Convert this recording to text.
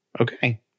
Okay